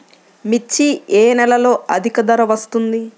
మిర్చి ఏ నెలలో అధిక ధర వస్తుంది?